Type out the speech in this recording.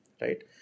right